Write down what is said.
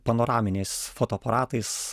panoraminiais fotoaparatais